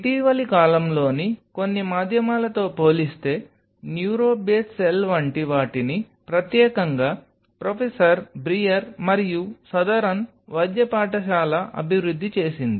ఇటీవలి కాలంలోని కొన్ని మాధ్యమాలతో పోలిస్తే న్యూరో బేస్ సెల్ వంటి వాటిని ప్రత్యేకంగా ప్రొఫెసర్ బ్రియర్ మరియు సదరన్ వైద్య పాఠశాల అభివృద్ధి చేసింది